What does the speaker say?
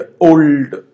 old